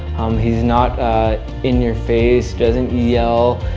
he's not in your face, doesn't yell,